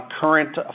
current